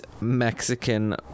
Mexican